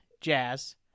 jazz